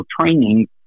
training